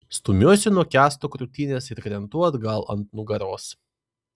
stumiuosi nuo kęsto krūtinės ir krentu atgal ant nugaros